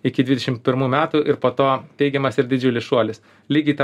iki dvidešim pirmų metų ir po to teigiamas ir didžiulis šuolis lygiai tą